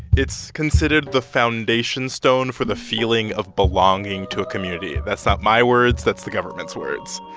it's considered the foundation stone for the feeling of belonging to a community that's not my words that's the government's words.